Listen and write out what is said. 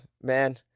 Man